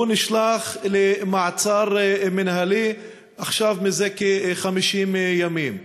הוא נשלח למעצר מינהלי, עכשיו, זה כ-50 ימים.